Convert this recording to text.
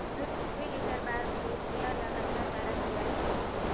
दुई लीटर बार भइंसिया ला कतना चारा खिलाय परही?